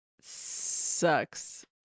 sucks